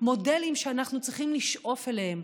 מודלים שאנחנו צריכים לשאוף אליהם.